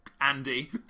andy